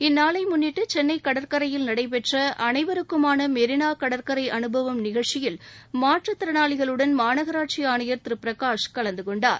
இந்நாளை முன்னிட்டு சென்னை கடற்கரையில் நடைபெற்ற அனைவருக்குமாள மெரினா கடற்கரை அனுபவம் நிகழ்ச்சியில் மாற்றுத் திறனாளிகளுடன் மாநகராட்சி ஆணையர் திரு பிரகாஷ் கலந்து கொண்டார்